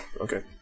Okay